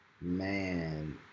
Man